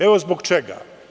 Evo zbog čega.